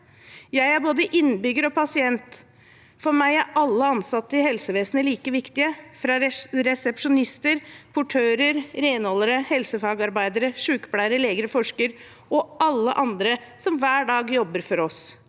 Jeg er både innbygger og pasient. For meg er alle ansatte i helsevesenet like viktige – resepsjonister, portører, renholdere, helsefagarbeidere, sykepleiere, leger, forskere og alle de andre som hver dag jobber for oss.